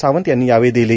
सावंत यांनी यावेळी दिली